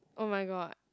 oh-my-god